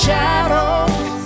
Shadows